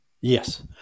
yes